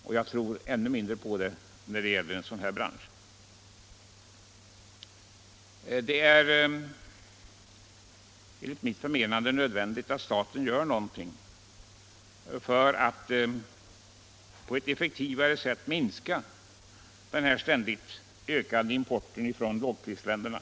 Och ännu mindre tror jag på det när det gäller en sådan bransch som den vi här diskuterar. Enligt mitt sätt att se är det nödvändigt att staten gör någonting för att på ett effektivare sätt minska den ständigt ökande importen från lågprisländerna.